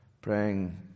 praying